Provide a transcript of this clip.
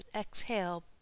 exhale